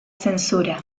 censura